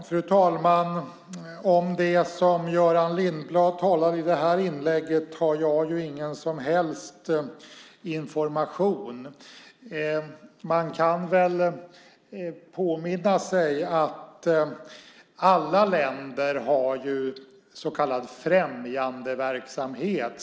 Fru talman! Det som Göran Lindblad talar om i det här inlägget har jag ingen som helst information om. Man kan påminna sig att alla länder har så kallad främjandeverksamhet.